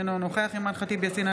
אינו נוכח אימאן ח'טיב יאסין,